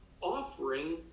offering